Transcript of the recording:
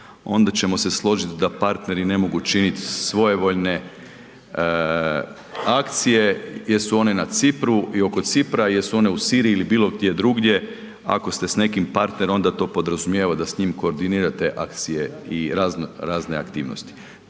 onda ćemo se složiti da partneri ne mogu činiti svojevoljne akcije jesu one na Cipru i oko Cipra, jesu one u Siriji ili bilo gdje drugdje, ako ste s nekim partner onda to podrazumijeva da s njim koordinirate akcije i razno razne aktivnosti.